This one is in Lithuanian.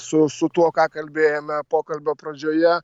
su su tuo ką kalbėjome pokalbio pradžioje